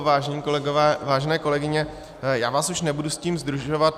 Vážení kolegové, vážené kolegyně, já vás už s tím nebudu zdržovat.